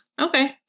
Okay